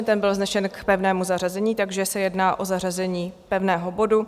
Ten byl vznesen k pevnému zařazení, takže se jedná o zařazení pevného bodu.